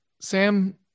Sam